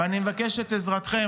ואני מבקש את עזרתכם,